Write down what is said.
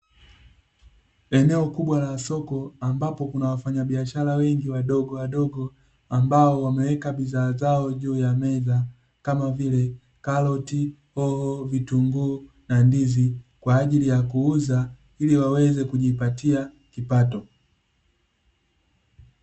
Eneo kubwa la soko ambapo kuna wafanyabiashara wengi wadogowadogo, ambao wameweka bidhaa zao juu ya meza kama vile: karoti, hoho, vitunguu, na ndizi; kwa ajili ya kuuza ili waweze kujipatia kipato.